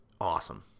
awesome